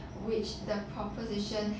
which the proposition